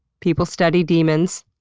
people study demons.